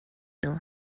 nhw